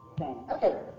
Okay